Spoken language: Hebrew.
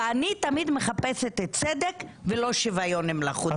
אני תמיד מחפשת צדק ולא שוויון מלאכותי.